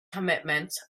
commitments